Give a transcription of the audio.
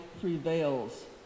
prevails